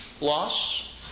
Loss